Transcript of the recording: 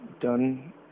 done